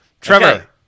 Trevor